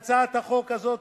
להצעת החוק הזאת